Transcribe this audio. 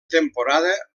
temporada